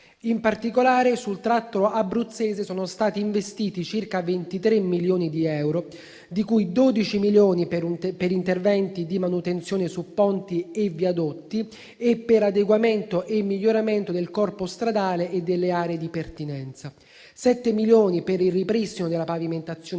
In particolare, sul tratto abruzzese sono stati investiti circa 23 milioni di euro, di cui 12 milioni per interventi di manutenzione su ponti e viadotti e per adeguamento e miglioramento del corpo stradale e delle aree di pertinenza; 7 milioni per il ripristino della pavimentazione